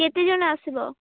କେତେ ଜଣ ଆସିବ